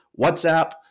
WhatsApp